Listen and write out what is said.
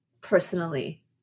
personally